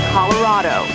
Colorado